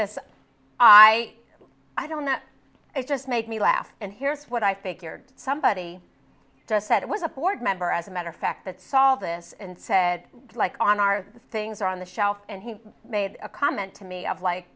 this i i don't know it just made me laugh and here's what i figured somebody just said it was a board member as a matter of fact that solve this and said on our things on the shelf and he made a comment to me of like